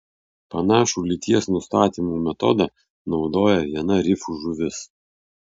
panašų lyties nustatymo metodą naudoja viena rifų žuvis